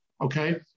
Okay